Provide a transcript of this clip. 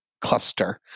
cluster